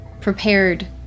prepared